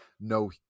no